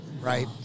right